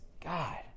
God